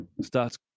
starts